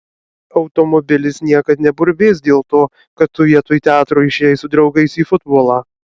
automobilis niekad neburbės dėl to kad tu vietoj teatro išėjai su draugais į futbolą